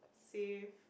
safe